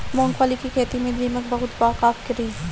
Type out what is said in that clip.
मूंगफली के खेत में दीमक बहुत बा का करी?